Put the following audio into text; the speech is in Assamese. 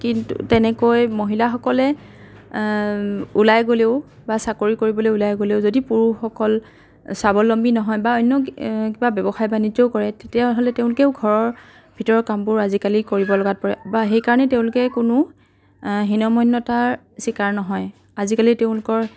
কিন্তু তেনেকৈ মহিলাসকলে ওলাই গ'লেও বা চাকৰি কৰিবলৈ ওলাই গ'লেও যদি পুৰুষসকল স্বাৱলম্বী নহয় বা অন্য কিবা ব্যৱসায় বাণিজ্যও কৰে তেতিয়া হ'লে তেওঁলোকেও ঘৰৰ ভিতৰৰ কামবোৰ আজিকালি কৰিব লগাত পৰে বা সেইকাৰণে তেওঁলোকে কোনো হীনমন্যতাৰ স্বীকাৰ নহয় আজিকালি তেওঁলোকৰ